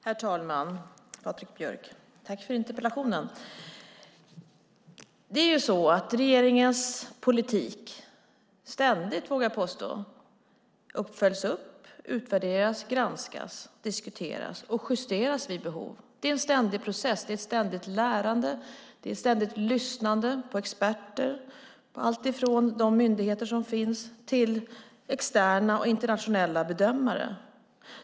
Herr talman! Tack för interpellationen! Det är ju så att regeringens politik ständigt, vågar jag påstå, följs upp, utvärderas, granskas, diskuteras och justeras vid behov. Det är en ständig process. Det är ett ständigt lärande. Det är ett ständigt lyssnande på allt ifrån experter i de myndigheter som finns till externa och internationella bedömare.